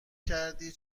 کردی